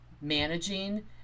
managing